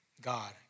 God